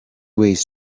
ways